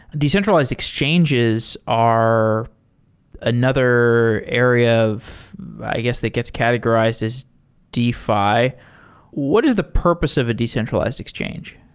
decentralized exchanges are another area of i guess that gets categorized as defi. what is the purpose of a decentralized exchange?